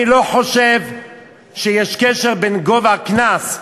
אני לא חושב שיש קשר בין גובה הקנס,